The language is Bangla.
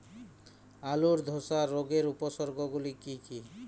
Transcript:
আলুর ধসা রোগের উপসর্গগুলি কি কি?